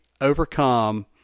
overcome